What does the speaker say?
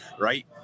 Right